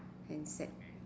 handset